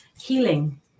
healing